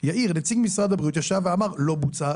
נציג משרד הבריאות ישב ואמר 'לא בוצע,